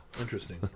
Interesting